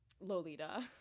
Lolita